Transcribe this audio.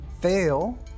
Fail